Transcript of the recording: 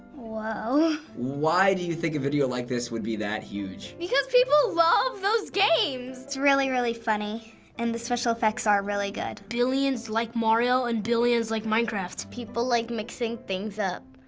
whoa. why do you think a video like this would be that huge? because people love those games! it's really, really funny and the special effects are really good. billions like mario and billions like minecraft. people like mixing things up.